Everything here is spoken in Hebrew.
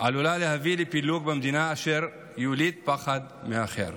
עלולה להביא לפילוג במדינה אשר יוליד פחד מהאחר.